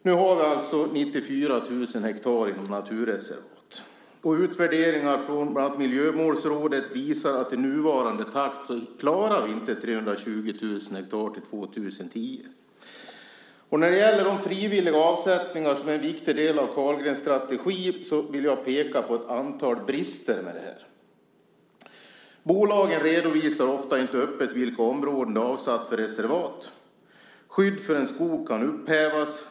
Nu har vi alltså 94 000 hektar inom naturreservat, och utvärderingar från bland annat Miljömålsrådet visar att vi i nuvarande takt inte klarar 320 000 hektar till 2010. När det gäller de frivilliga avsättningar som är en viktig del av Carlgrens strategi vill jag peka på ett antal brister. Bolagen redovisar ofta inte öppet vilka områden de har avsatt för reservat. Skydd för en skog kan upphävas.